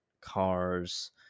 cars